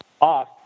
off